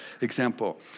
example